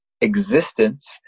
existence